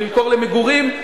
ולמכור למגורים.